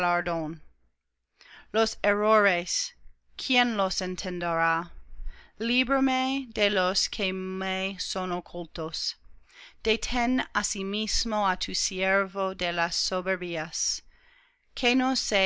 los errores quién los entenderá líbrame de los que me son ocultos detén asimismo á tu siervo de las soberbias que no se